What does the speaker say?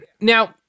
Now